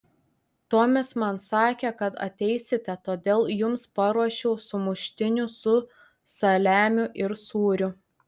tomis man sakė kad ateisite todėl jums paruošiau sumuštinių su saliamiu ir sūriu